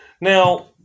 now